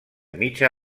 mitja